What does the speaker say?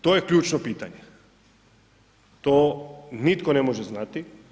To je ključno pitanje, to nitko ne može znati.